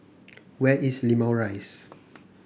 where is Limau Rise